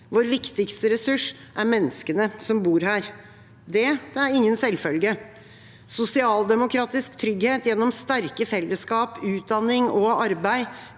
Vår viktigste ressurs er menneskene som bor her. Det er ingen selvfølge. Sosialdemokratisk trygghet gjennom sterke fellesskap, utdanning og arbeid,